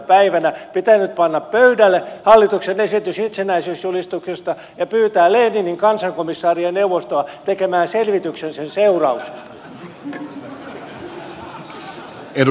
päivänä pitänyt panna pöydälle hallituksen esitys itsenäisyysjulistuksesta ja pyytää leninin kansankomissaarien neuvostoa tekemään selvitys sen seurauksista